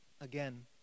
Again